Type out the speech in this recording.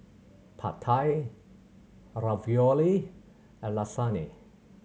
Pad Thai Ravioli and Lasagne